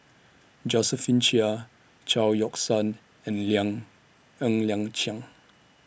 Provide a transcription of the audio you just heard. Josephine Chia Chao Yoke San and Liang Ng Liang Chiang